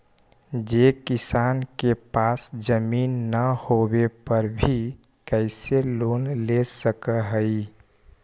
जे किसान के पास जमीन न होवे पर भी कैसे लोन ले सक हइ?